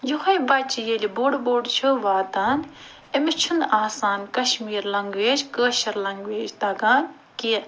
یُہوے بَچہٕ ییٚلہِ بوٚڈ بوٚڈ چھُ واتان أمِس چھِنہٕ آسان کَشمیٖر لَنٛگویج کٲشِر لَنٛگویج تگان کیٚنٛہہ